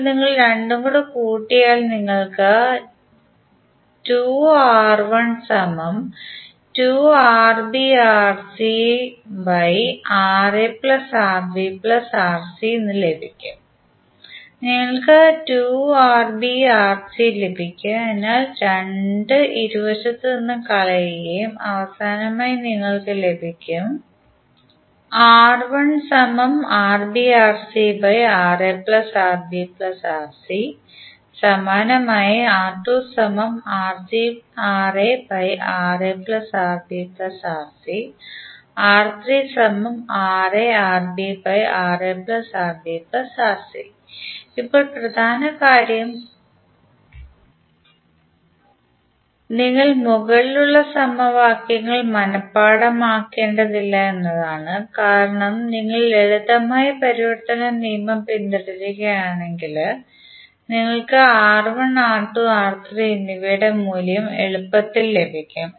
ഇപ്പോൾ നിങ്ങൾ രണ്ടും കൂടി കൂട്ടിയാൽ നിങ്ങൾക്ക് ലഭിക്കും നിങ്ങൾക്ക് ലഭിക്കും അതിനാൽ 2 ഇരുവശത്തുനിന്നും കളയുകയും അവസാനമായി നിങ്ങൾക്ക് ലഭിക്കും സമാനമായി ഇപ്പോൾ പ്രധാന കാര്യം നിങ്ങൾ മുകളിലുള്ള സമവാക്യങ്ങൾ മനപാഠമാക്കേണ്ടതില്ല എന്നതാണ് കാരണം നിങ്ങൾ ലളിതമായ പരിവർത്തന നിയമം പിന്തുടരുകയാണെങ്കിൽ നിങ്ങൾക്ക് R1 R2 R3 എന്നിവയുടെ മൂല്യം എളുപ്പത്തിൽ ലഭിക്കും